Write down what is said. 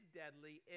deadly